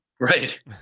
Right